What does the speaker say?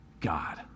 God